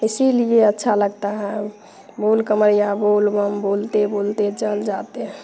इसीलिए अच्छा लगता है बोल कवंरियाँ बोल बम बोलते बोलते चल जाते हैं चले जाते हैं